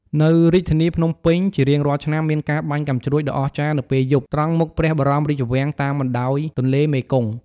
នៅរាជធានីភ្នំពេញ ជារៀងរាល់ឆ្នាំមានការបាញ់កាំជ្រួចដ៏អស្ចារ្យនៅពេលយប់ ត្រង់មុខព្រះបរមរាជវាំងតាមបណ្តោយទន្លេមេគង្គ។